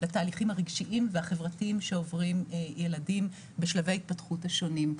לתהליכים הרגשיים והחברתיים שעוברים ילדים בשלבי ההתפתחות השונים.